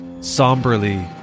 somberly